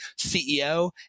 CEO